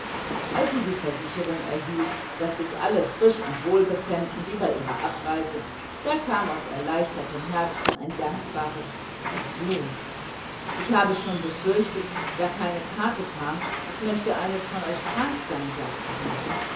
als sie die versicherung erhielt daß sich alle frisch und wohl befänden wie bei ihrer abreise da kam aus erleichtertem herzen ein dankbares gottlob ich habe schon gefürchtet da keine karte kam es möchte eines von euch krank sein sagte sie